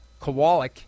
Kowalik